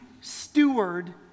steward